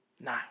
No